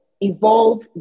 evolve